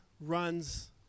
runs